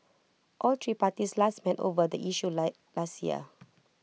all three parties last met over the issue late last year